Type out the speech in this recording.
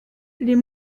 les